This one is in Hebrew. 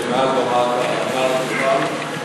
מעל הדוכן,